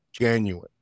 Genuine